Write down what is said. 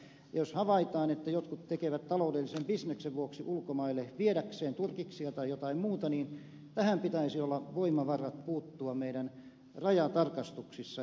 jos havaitaan että jotkut tekevät rikoksia taloudellisen bisneksen vuoksi ulkomaille viedäkseen turkiksia tai jotain muuta niin tähän pitäisi olla voimavarat puuttua meidän rajatarkastuksissamme